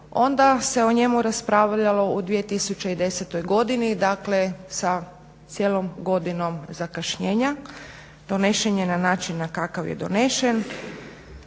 onda se u njemu raspravljalo u 2010.godini dakle sa cijelom godinom zakašnjenja. Donesen je na način kakav je donesen.